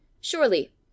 Surely